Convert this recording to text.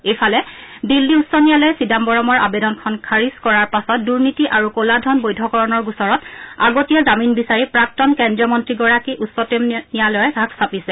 ইফালে দিল্লী উচ্চ ন্যায়ালয়ে চিদাম্বৰমৰ আবেদনখন খাৰিজ কৰাৰ পাছত দুনীতি আৰু কলা ধন বৈধকৰণৰ গোচৰত আগতীয়া জামিন বিচাৰি প্ৰাক্তন কেন্দ্ৰীয় মন্ত্ৰীগৰাকী উচ্চতম ন্যায়ালয়ৰ কাষ চাপিছে